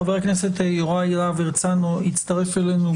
חבר הכנסת יוראי להב הרצנו הצטרף אלינו.